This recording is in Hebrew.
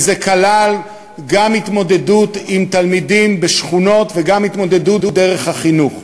וזה כלל גם התמודדות עם תלמידים בשכונות וגם התמודדות דרך החינוך.